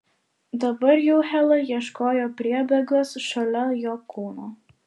dabar jau hela ieškojo priebėgos šalia jo kūno